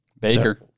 Baker